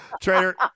Trader